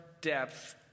depth